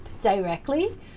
directly